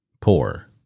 poor